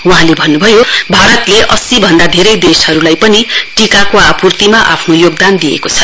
वहाँले भन्नुभयो भारतले अस्सी भन्दा धेरै देशहरूलाई पन टीकाको आपूर्तिमा आफ्नो योगदान दिएको छ